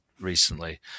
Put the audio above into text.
recently